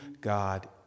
God